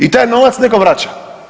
I taj novac netko vraća.